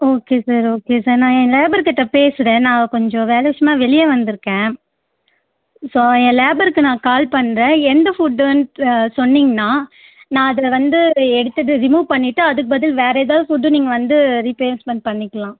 okay sir okay sir நான் என் லேபர்க்கிட்ட பேசுகிறேன் நான் கொஞ்சம் வேலை விஷயமாக வெளியே வந்திருக்கேன் ஸோ என் லேபருக்கு நான் கால் பண்ணுறேன் எந்த ஃபுட் வந்து சொன்னீங்கனால் நான் அதை வந்து எடுத்து அதை ரிமூவ் பண்ணிவிட்டு அதுக்கு பதில் வேறு ஏதாவது ஃபுட் நீங்கள் வந்து ரீப்பிளேஸ்மெண்ட் பண்ணிக்கலாம்